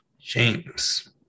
James